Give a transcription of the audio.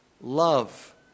love